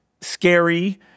scary